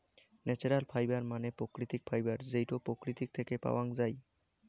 natural fibre মানে প্রাকৃতিক fibre যেইটো প্রকৃতি থেকে পাওয়াঙ যাই